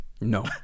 no